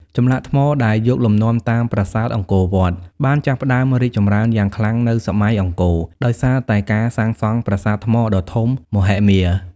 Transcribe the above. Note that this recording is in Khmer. ចម្លាក់ថ្មដែលយកលំនាំតាមប្រាសាទអង្គរវត្ត បានចាប់ផ្ដើមរីកចម្រើនយ៉ាងខ្លាំងនៅសម័យអង្គរ ដោយសារតែការសាងសង់ប្រាសាទថ្មដ៏ធំមហិមា។